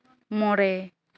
ᱢᱚᱬᱮ